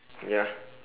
ya